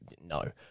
No